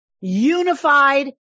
unified